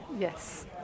Yes